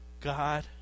God